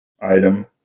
item